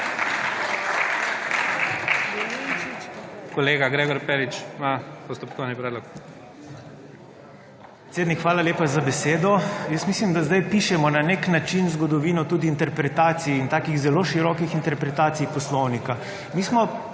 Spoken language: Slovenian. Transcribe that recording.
Kolega Gregor Perič ima postopkovni predlog.